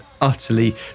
utterly